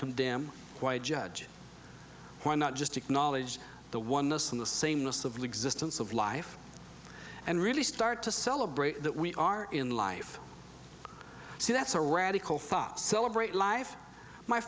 condemn why judge why not just acknowledge the oneness in the same list of leagues distance of life and really start to celebrate that we are in life see that's a radical thought celebrate life my